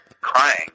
crying